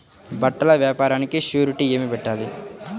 బట్టల వ్యాపారానికి షూరిటీ ఏమి పెట్టాలి?